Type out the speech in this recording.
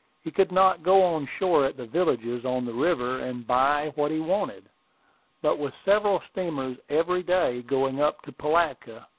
he could not go on shore at the villages on the river, and buy what he wanted but with several steamers every day going up to pilatka,